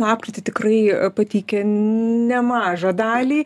lapkritį tikrai pateikia nemažą dalį